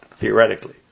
theoretically